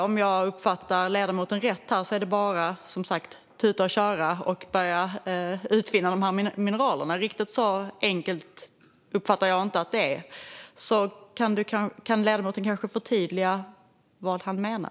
Om jag uppfattar ledamoten rätt är det som sagt bara att tuta och köra och börja utvinna mineralen. Riktigt så enkelt uppfattar jag inte att det är. Kan ledamoten kanske förtydliga vad han menar?